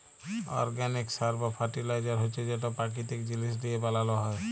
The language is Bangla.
অরগ্যানিক সার বা ফার্টিলাইজার হছে যেট পাকিতিক জিলিস লিঁয়ে বালাল হ্যয়